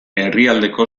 herrialdeko